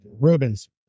Rubens